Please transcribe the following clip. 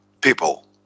people